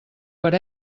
per